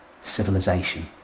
civilization